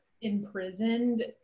imprisoned